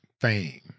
fame